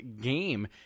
game